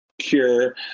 cure